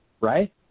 right